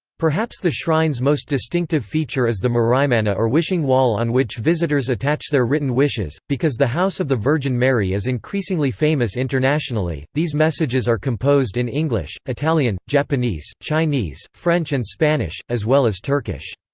perhaps the shrine's most distinctive feature is the mereyemana or wishing wall on which visitors attach their written wishes because the house of the virgin mary is increasingly famous internationally, these messages are composed in english, italian, japanese, chinese, french and spanish, as well as turkish.